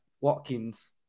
Watkins